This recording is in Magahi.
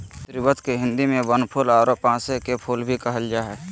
स्रीवत के हिंदी में बनफूल आरो पांसे के फुल भी कहल जा हइ